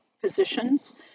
positions